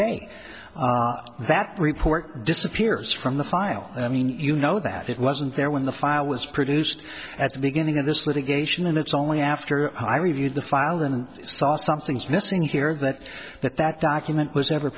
day that report disappears from the file i mean you know that it wasn't there when the file was produced at the beginning of this litigation and it's only after i reviewed the file and saw something's missing here that that that document was never